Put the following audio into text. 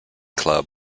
club